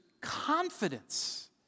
confidence